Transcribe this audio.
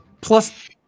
plus